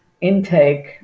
intake